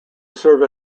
serve